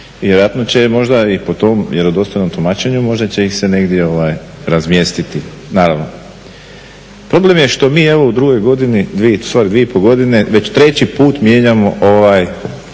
i vjerojatno će možda i po tom vjerodostojnom tumačenju možda će ih se negdje razmjestiti, naravno. Problem je što mi evo u drugoj godini, u stvari dvije i pol godine već treći put mijenjamo ovaj